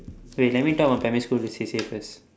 wait let me talk about my primary school C_C_A first